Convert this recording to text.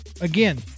again